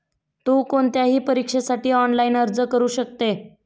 तु कोणत्याही परीक्षेसाठी ऑनलाइन अर्ज करू शकते